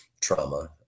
trauma